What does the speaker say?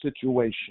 situation